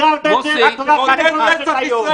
--- אני רוצה לשאול על שוויון בפני החוק.